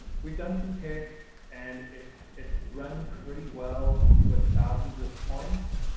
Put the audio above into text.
we've done some tests and it's it's run pretty well with thousands of points.